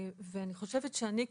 אני חושבת שאני כלקוח,